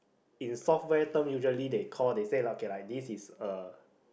in software term usually they call they say okay like this is a